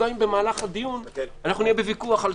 גם אם במהלך הדיון נהיה בוויכוח.